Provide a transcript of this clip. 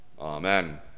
Amen